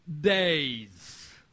days